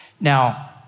Now